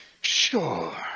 Sure